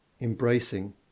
embracing